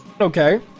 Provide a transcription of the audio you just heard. okay